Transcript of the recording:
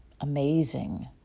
amazing